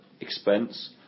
expense